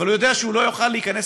אבל הוא יודע שהוא לא יוכל להיכנס